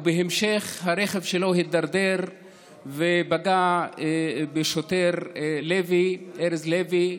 ובהמשך הרכב שלו הידרדר ופגע בשוטר ארז לוי.